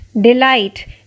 delight